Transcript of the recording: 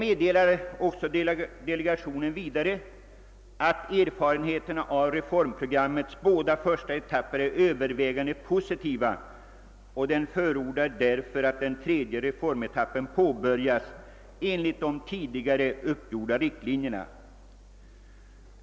Delegationen meddelar vidare att erfarenheterna av reformprogrammets båda första etapper är övervägande positiva. Delegationen förordar därför att den tredje reformetappen påbörjas enligt de tidigare uppgjorda riktlinjerna.